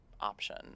option